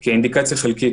כאינדיקציה חלקית